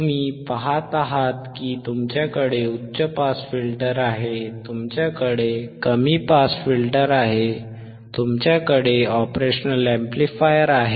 तुम्ही पहात आहात की तुमच्याकडे उच्च पास फिल्टर आहे तुमच्याकडे कमी पास फिल्टर आहे तुमच्याकडे ऑपरेशनल अॅम्प्लीफायर आहे